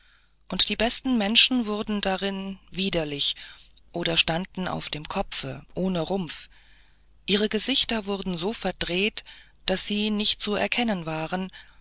und die besten menschen wurden darin widerlich oder standen auf dem kopfe ohne rumpf ihre gesichter wurden so verdreht daß sie nicht zu erkennen waren